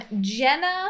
Jenna